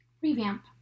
Revamp